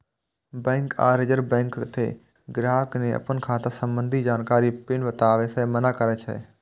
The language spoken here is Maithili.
बैंक आ रिजर्व बैंक तें ग्राहक कें अपन खाता संबंधी जानकारी, पिन बताबै सं मना करै छै